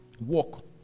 Walk